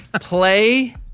play